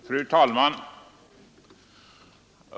Fru talman!